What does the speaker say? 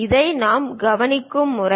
இதை நாம் காண்பிக்கும் முறை